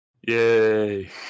Yay